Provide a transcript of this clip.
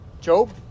Job